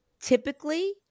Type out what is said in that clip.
typically